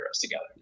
together